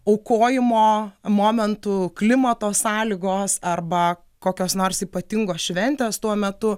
aukojimo momentu klimato sąlygos arba kokios nors ypatingos šventės tuo metu